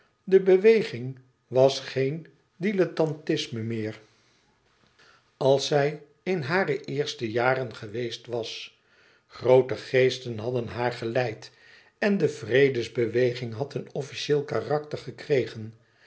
de beweging was geen dillettantisme meer als zij in hare eerste jaren geweest was groote geesten hadden haar geleid en de vrede beweging had een officieel karakter gekregen